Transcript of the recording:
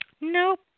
Nope